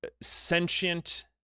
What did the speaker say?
sentient